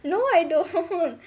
no I don't